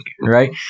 right